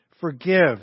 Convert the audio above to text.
forgive